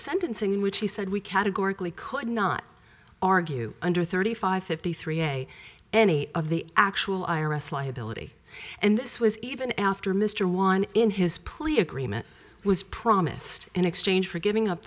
sentencing in which he said we categorically could not argue under thirty five fifty three day any of the actual i r s liability and this was even after mr one in his plea agreement was promised in exchange for giving up